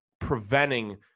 preventing